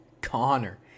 Connor